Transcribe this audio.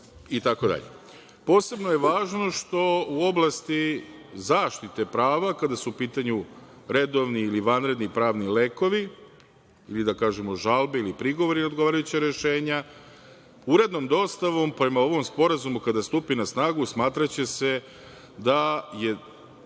itd. Posebno je važno što u oblasti zaštite prava kada su u pitanju redovni ili vanredni pravni lekovi ili da kažemo žalbe ili prigovori odgovarajućih rešenja, urednom dostavom, prema ovom sporazumu, kada stupi na snagu, smatraće se da je